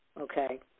okay